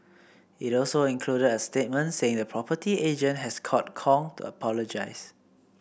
it also included a statement saying the property agent had called Kong to apologise